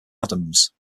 adams